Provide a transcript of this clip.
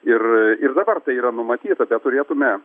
ir ir dabar tai yra numatyta bet turėtume